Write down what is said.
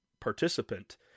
participant